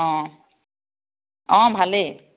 অঁ অঁ ভালেই